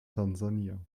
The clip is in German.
tansania